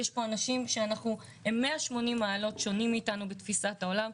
יש אנשים שהם 180 מעלות שונים מאתנו בתפיסת העולם,